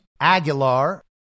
Aguilar